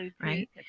right